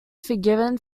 forgiven